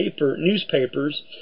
newspapers